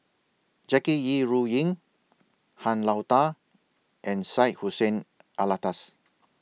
Jackie Yi Ru Ying Han Lao DA and Syed Hussein Alatas